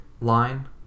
line